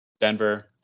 Denver